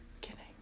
kidding